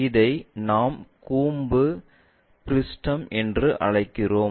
இதை நாம் கூம்பு பிருஷ்டம் என்று அழைக்கிறோம்